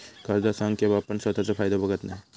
कर्ज संघ केव्हापण स्वतःचो फायदो बघत नाय